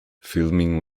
filming